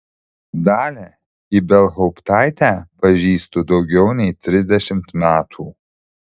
dalią ibelhauptaitę pažįstu daugiau nei trisdešimt metų